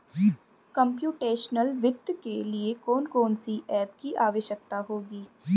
Computational वित्त के लिए कौन कौन सी एप की आवश्यकता होगी?